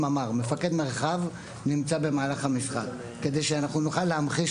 מפקד מרחב נמצא במהלך המשחק וזאת כדי שנוכל להמחיש